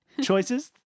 choices